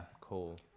Cool